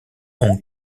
hong